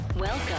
Welcome